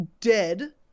dead